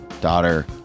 daughter